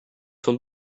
sont